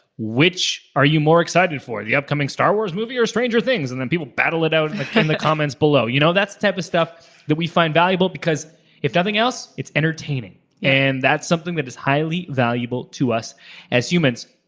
which are you more excited for the upcoming star wars movie or stranger things? and then people battle it out in and the comment below. you know, that's the type of stuff that we find valuable, because if nothing else, it's entertaining and that's something that is highly valuable to us as humans.